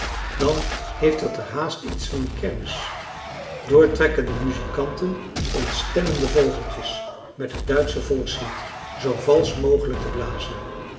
dan heeft het er haast iets van een kermis doortrekkende muzikanten ontstemmen de vogeltjes met het duitsche volkslied zoo valsch mogelijk te blazen